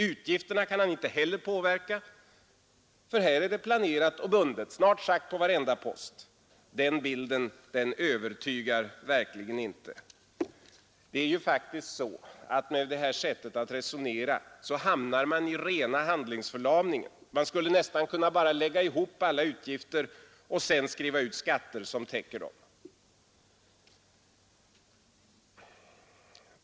Utgifterna kan han inte heller påverka; det är planerat och bundet på snart sagt varenda post. Den bilden övertygar verkligen inte. Med det här sättet att resonera så hamnar man i rena handlingsförlamningen. Man skulle nästan bara kunna lägga ihop alla utgifter och sedan skriva ut skatter som täcker dem.